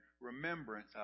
remembrance